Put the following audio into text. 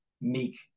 make